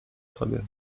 sobie